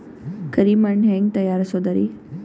ಕರಿ ಮಣ್ ಹೆಂಗ್ ತಯಾರಸೋದರಿ?